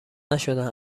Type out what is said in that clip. نشدن